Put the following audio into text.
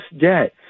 debt